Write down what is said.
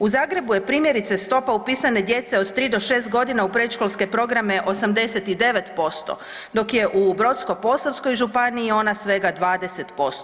U Zagrebu je primjerice, stopa upisane djece od 3 do 6 godina u predškolske programe 89%, dok je u Brodsko-posavskoj županiji ona svega 20%